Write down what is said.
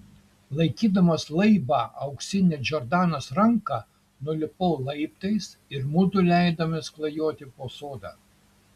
laikydamas laibą auksinę džordanos ranką nulipau laiptais ir mudu leidomės klajoti po sodą